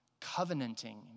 covenanting